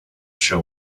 shall